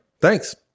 Thanks